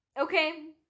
Okay